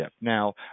Now